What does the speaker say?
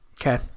Okay